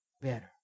better